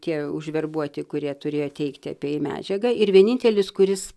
tie užverbuoti kurie turėjo teikti apie jį medžiagą ir vienintelis kuris